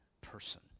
person